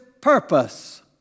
purpose